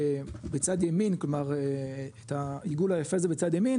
ובצד ימין כלומר את העיגול היפה הזה בצד ימין,